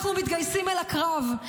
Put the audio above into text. אנחנו מתגייסים אל הקרב,